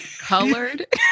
colored